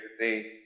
today